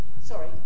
sorry